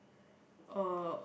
uh